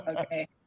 Okay